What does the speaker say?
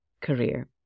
career